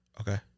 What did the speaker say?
Okay